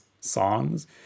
songs